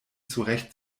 zurecht